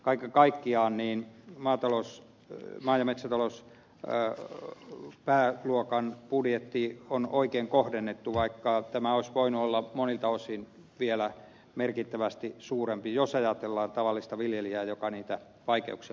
kaiken kaikkiaan maa ja metsätalouspääluokan budjetti on oikein kohdennettu vaikka tämä olisi voinut olla monilta osin vielä merkittävästi suurempi jos ajatellaan tavallista viljelijää joka niitä vaikeuksia kohtaa